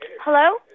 Hello